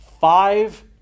five